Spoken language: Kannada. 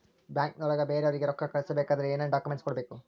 ಬ್ಯಾಂಕ್ನೊಳಗ ಬೇರೆಯವರಿಗೆ ರೊಕ್ಕ ಕಳಿಸಬೇಕಾದರೆ ಏನೇನ್ ಡಾಕುಮೆಂಟ್ಸ್ ಬೇಕು?